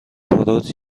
تروت